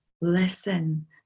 Listen